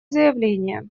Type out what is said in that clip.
заявление